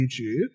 YouTube